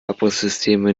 abrisssysteme